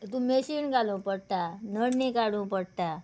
तितू मशीन घालूं पडटा नडणी काडूं पडटा